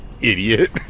idiot